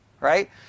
Right